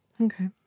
Okay